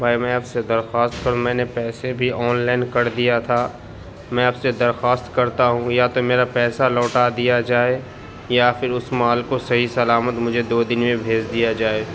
بھائی میں آپ سے درخواست کر میں نے پیسے بھی آن لائن کر دیا تھا میں آپ سے درخواست کرتا ہوں یا تو میرا پیسہ لوٹا دیا جائے یا پھر اس مال کو صحیح سلامت مجھے دو دن میں بھیج دیا جائے